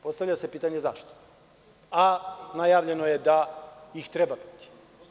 Postavlja se pitanje - zašto, a najavljeno je da ih treba biti?